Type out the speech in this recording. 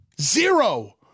Zero